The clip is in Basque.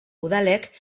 udalek